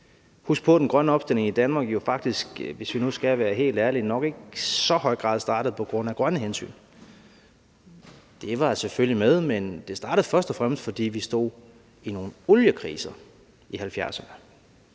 nu skal være helt ærlige – nok ikke i så høj grad startede på grund af grønne hensyn. Det var selvfølgelig med, men det startede først og fremmest, fordi vi stod i nogle oliekriser i 1970'erne.